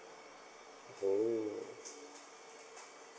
oh